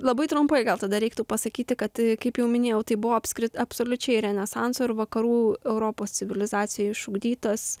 labai trumpai gal tada reiktų pasakyti kad kaip jau minėjau tai buvo apskri absoliučiai renesanso ir vakarų europos civilizacijoj išugdytas